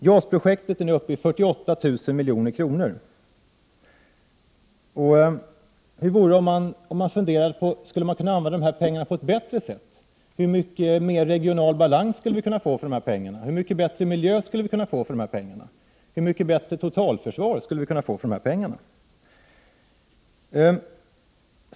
JAS-projektet är nu uppe i 48 000 milj.kr. Hur vore det om man funderade över om man kunde använda pengarna på ett bättre sätt? Hur mycket mer regionalbalans, hur mycket bättre miljö och hur mycket bättre totalförsvar skulle vi kunna få för pengarna?